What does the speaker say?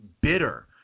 bitter